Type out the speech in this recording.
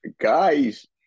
guys